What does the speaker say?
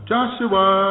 Joshua